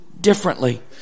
differently